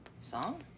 Song